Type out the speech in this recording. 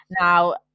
Now